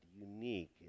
unique